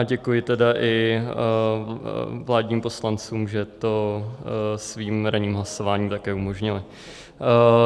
Děkuji i vládním poslancům, že to svým ranním hlasováním také umožnili.